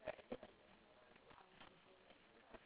oh ya that's true when you wake up you won't know it's a hundred years